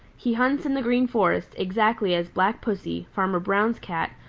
he hunts in the green forest exactly as black pussy, farmer brown's cat,